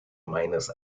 meines